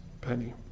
penny